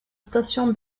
station